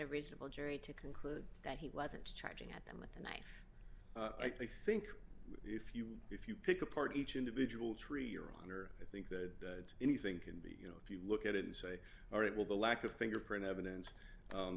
a reasonable jury to conclude that he wasn't tried them with a knife i think if you if you pick apart each individual tree your honor i think that anything can be you know if you look at it and say all right well the lack of fingerprint evidence